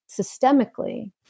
systemically